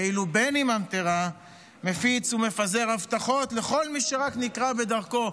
ואילו בני ממטרה מפיץ ומפזר הבטחות לכל מי שרק נקרה בדרכו,